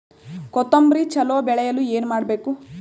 ಕೊತೊಂಬ್ರಿ ಚಲೋ ಬೆಳೆಯಲು ಏನ್ ಮಾಡ್ಬೇಕು?